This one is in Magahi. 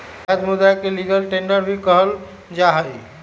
वैध मुदा के लीगल टेंडर भी कहल जाहई